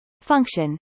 function